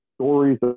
stories